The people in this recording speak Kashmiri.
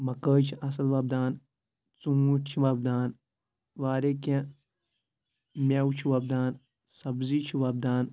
مکٲے چھِ اَصٕل وۄبدان ژوٗنٛٹھۍ چھِ وۄبدان واریاہ کینٛہہ میوٕ چھِ وۄبدان سبزی چھِ وۄبدان